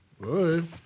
Good